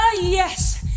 yes